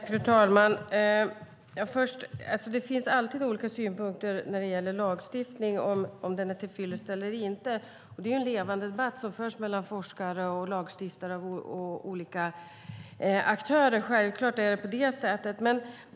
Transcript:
Fru talman! Det finns alltid olika synpunkter när det gäller lagstiftning och om den är tillfyllest eller inte. Det är en levande debatt som förs mellan forskare, lagstiftare och olika aktörer. Självklart är det på det sättet.